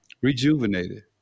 rejuvenated